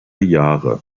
jahre